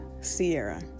Sierra